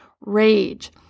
rage